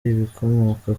ibikomoka